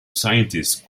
scientist